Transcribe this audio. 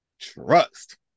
trust